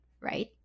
right